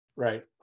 Right